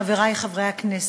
חברי חברי הכנסת,